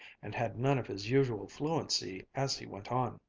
and had none of his usual fluency as he went on.